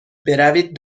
بروید